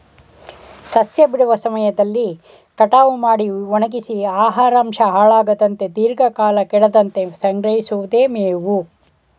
ಸಸ್ಯ ಬಿಡುವ ಸಮಯದಲ್ಲಿ ಕಟಾವು ಮಾಡಿ ಒಣಗ್ಸಿ ಆಹಾರಾಂಶ ಹಾಳಾಗದಂತೆ ದೀರ್ಘಕಾಲ ಕೆಡದಂತೆ ಸಂಗ್ರಹಿಸಿಡಿವುದೆ ಮೇವು